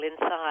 inside